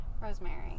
rosemary